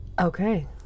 Okay